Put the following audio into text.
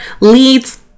leads